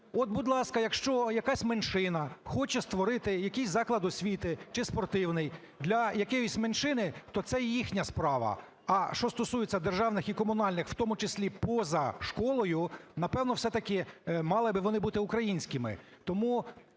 От, будь ласка, якщо якась меншина хоче створити якийсь заклад освіти чи спортивний для якоїсь меншини, то це їхня справа. А що стосується державних і комунальних, в тому числі поза школою, напевно, все-таки мали би вони бути українськими.